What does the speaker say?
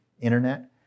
internet